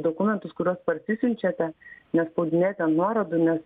dokumentus kuriuos parsisiunčiate nespaudinėti ant nuorodų nes